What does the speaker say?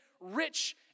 rich